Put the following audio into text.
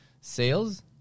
Sales